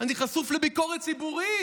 אני חשוף לביקורת ציבורית,